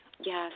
yes